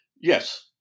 Yes